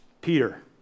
Peter